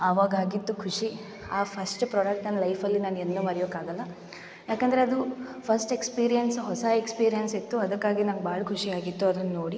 ಅವಾಗ ಆಗಿತ್ತು ಖುಷಿ ಆ ಫಸ್ಟು ಪ್ರಾಡಕ್ಟ್ನ ನನ್ನ ಲೈಫಲ್ಲಿ ನಾನೆಂದು ಮರೆಯೊಕೆ ಆಗೋಲ್ಲ ಯಾಕಂದರೆ ಅದು ಫಸ್ಟ್ ಎಕ್ಸ್ಪೀರಿಯನ್ಸ್ ಹೊಸ ಎಕ್ಸ್ಪೀರಿಯನ್ಸ್ ಇತ್ತು ಅದಕ್ಕಾಗಿ ನಂಗೆ ಭಾಳ ಖುಷಿ ಆಗಿತ್ತು ಅದನ್ನು ನೋಡಿ